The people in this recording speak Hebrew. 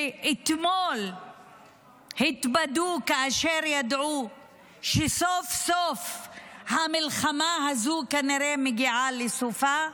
ואתמול התבדו כאשר ידעו שסוף-סוף המלחמה הזו כנראה מגיעה לסופה,